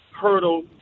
Hurdle